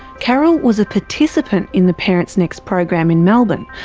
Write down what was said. carol was a participant in the parentsnext program in melbourne.